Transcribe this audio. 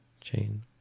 chain